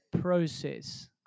process